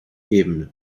ebene